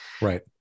Right